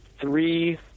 three